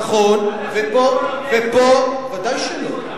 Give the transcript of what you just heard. נכון, ופה, ופה, את כל ערביי ישראל.